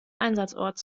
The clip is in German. einsatzort